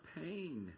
pain